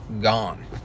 gone